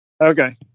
okay